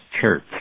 church